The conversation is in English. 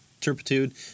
turpitude